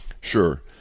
Sure